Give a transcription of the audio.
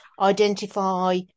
identify